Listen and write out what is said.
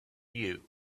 you